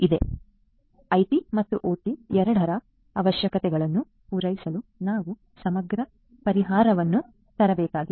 ಆದ್ದರಿಂದ ಐಟಿ ಮತ್ತು ಒಟಿ ಎರಡರ ಅವಶ್ಯಕತೆಗಳನ್ನು ಪೂರೈಸಲು ನಾವು ಸಮಗ್ರ ಪರಿಹಾರವನ್ನು ತರಬೇಕಾಗಿದೆ